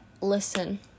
listen